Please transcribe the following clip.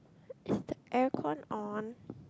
is the aircon on